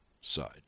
side